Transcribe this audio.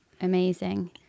Amazing